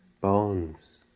bones